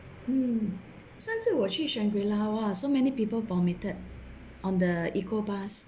mm 上次我去 shangri-la !wah! so many people vomited on the eco bus